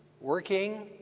working